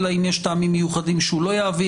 אלא אם יש טעמים מיוחדים שהוא לא יעביר?